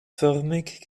förmig